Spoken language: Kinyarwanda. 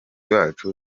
bacu